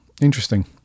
interesting